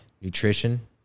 nutrition